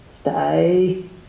stay